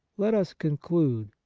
let us conclude.